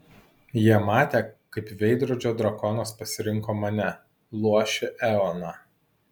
jie matė kaip veidrodžio drakonas pasirinko mane luošį eoną